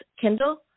Kindle